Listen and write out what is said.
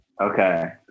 okay